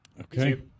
Okay